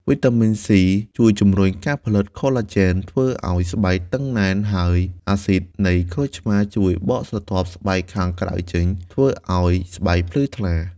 វីតាមីន សុី (C) ជួយជំរុញការផលិតកូឡាជែន ធ្វើឲ្យស្បែកតឹងណែន ហើយអាស៊ីដនៃក្រូចឆ្មារជួយបកស្រទាប់ស្បែកខាងក្រៅចេញ ធ្វើឲ្យស្បែកភ្លឺថ្លា។